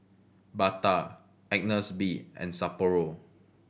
Bata Agnes B and Sapporo